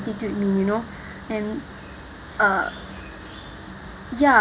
attitude mean you know and uh ya